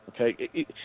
okay